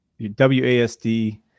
wasd